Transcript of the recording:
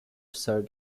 star